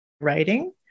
writing